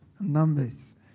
numbers